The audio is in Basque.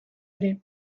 ere